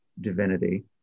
divinity